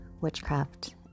witchcraft